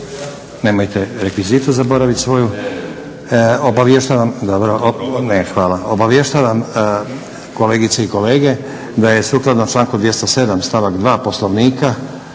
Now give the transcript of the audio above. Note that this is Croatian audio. Nemojte rekvizite zaboraviti svoje. Obavještavam kolegice i kolege da je sukladno članku 207. stavak 2. Poslovnika